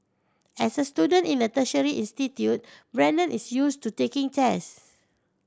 as a student in a tertiary institute Brandon is used to taking tests